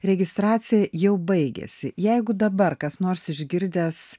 registracija jau baigėsi jeigu dabar kas nors išgirdęs